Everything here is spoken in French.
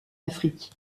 afrique